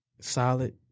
Solid